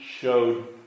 showed